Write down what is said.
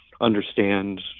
understand